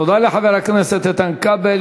תודה לחבר הכנסת איתן כבל.